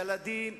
ילדים,